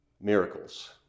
miracles